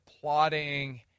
plotting –